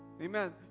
Amen